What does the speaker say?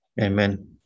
Amen